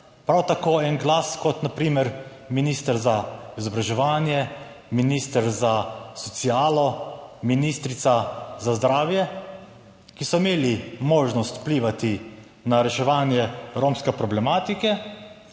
prav tako en glas kot na primer minister za izobraževanje, minister za socialo, ministrica za zdravje, ki so imeli možnost vplivati na reševanje romske problematike,